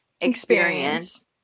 experience